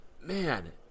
man